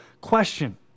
question